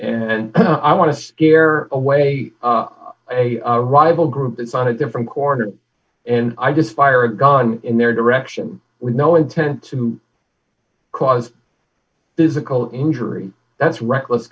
and i want to scare away a rival group that's on a different corner and i just fired gone in their direction with no intent to cause physical injury that's reckless